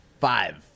five